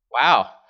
wow